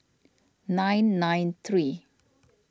nine nine three